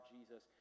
Jesus